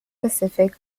pacific